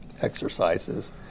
exercises